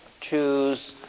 choose